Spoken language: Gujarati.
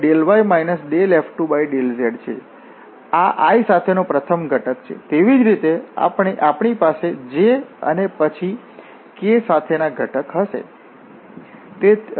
આ i સાથેનો પ્રથમ ઘટક છે ̂તેવી જ રીતે આપણી પાસે j અને પછી k હશે